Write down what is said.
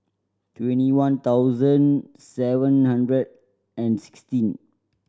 twenty one thousand seven hundred and sixteen